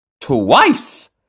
twice